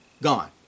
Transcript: gone